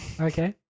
Okay